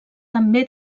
també